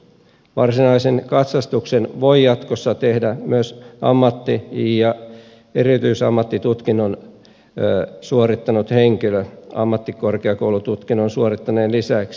varsinaisen katsastuksen voi jatkossa tehdä myös ammatti ja erityisammattitutkinnon suorittanut henkilö ammattikorkeakoulututkinnon suorittaneen lisäksi